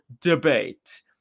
debate